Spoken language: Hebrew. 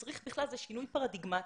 זה שינוי פרדיגמטי,